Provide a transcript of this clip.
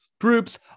groups